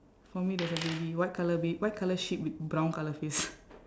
for me there's a baby white colour ba~ white colour sheep with brown colour face